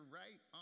right